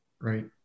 right